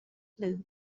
blue